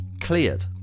cleared